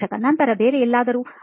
ಸಂದರ್ಶಕನಂತರ ಬೇರೆ ಎಲ್ಲಿಯಾದರೂ